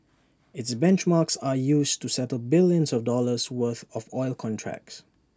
its benchmarks are used to settle billions of dollars worth of oil contracts